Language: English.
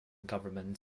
government